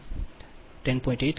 8 121 10